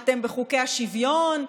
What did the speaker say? אתם בחוקי השוויון?